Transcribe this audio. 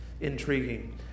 intriguing